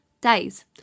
days